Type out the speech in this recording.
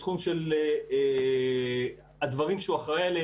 בתחום של הדברים שהוא אחראי עליהם,